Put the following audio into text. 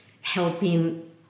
helping